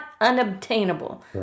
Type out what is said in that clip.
unobtainable